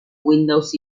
windows